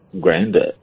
Grandad